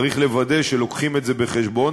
צריך לוודא שמביאים את זה בחשבון.